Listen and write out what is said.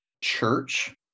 church